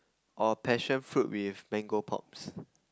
or passionfruit with mango pops